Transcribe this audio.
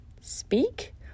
speak